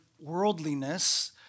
worldliness